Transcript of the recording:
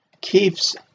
keeps